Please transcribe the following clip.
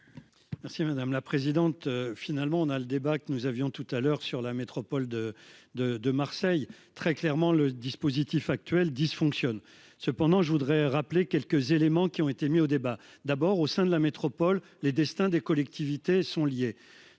Merci madame la présidente, finalement on a le débat que nous avions tout à l'heure sur la métropole de de de Marseille très clairement le dispositif actuel dysfonctionne. Cependant, je voudrais rappeler quelques éléments qui ont été mis au débat d'abord au sein de la métropole les destins des collectivités sont liées.